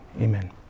amen